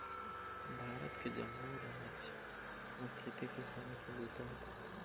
भारत के जम्मो राज म खेती किसानी के बूता होथे